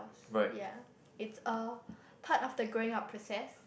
yea it's a part of the growing up process